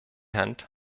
hand